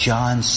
John